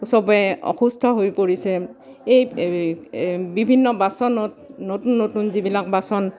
সবে অসুস্থ হৈ পৰিছে এই বিভিন্ন বাচনত নতুন নতুন যিবিলাক বাচন